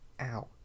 Ow